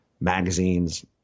magazines